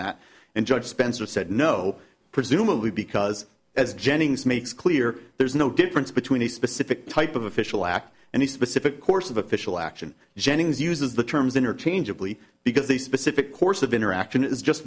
that and judge spencer said no presumably because as jennings makes clear there's no difference between a specific type of official act and the specific course of official action jennings uses the terms interchangeably because the specific course of interaction is just